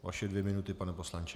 Vaše dvě minuty, pane poslanče.